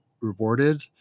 rewarded